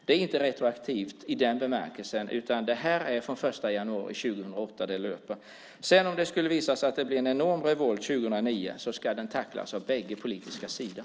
Det här är inte retroaktivt i den bemärkelsen, utan det löper från den 1 januari 2008. Om det skulle visa sig att det blir en enorm revolt 2009 ska den tacklas av bägge politiska sidor.